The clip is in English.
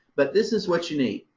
but this is what you need.